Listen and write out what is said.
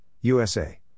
USA